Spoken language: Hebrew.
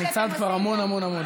ניצלת כבר המון המון המון.